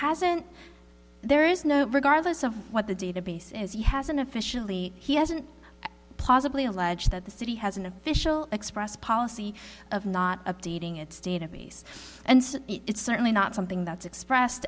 hasn't there is no regardless of what the database is you hasn't officially he hasn't possibly alleged that the city has an official express policy of not updating its database and it's certainly not something that's expressed